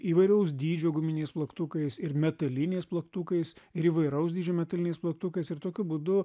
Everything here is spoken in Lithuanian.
įvairaus dydžio guminiais plaktukais ir metaliniais plaktukais ir įvairaus dydžio metaliniais plaktukais ir tokiu būdu